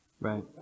Right